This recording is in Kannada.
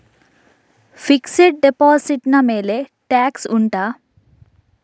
ಫಿಕ್ಸೆಡ್ ಡೆಪೋಸಿಟ್ ನ ಮೇಲೆ ಟ್ಯಾಕ್ಸ್ ಉಂಟಾ